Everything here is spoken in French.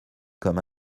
comme